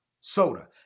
Soda